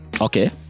Okay